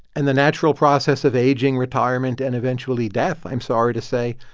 and the natural process of aging, retirement and eventually death, i'm sorry to say,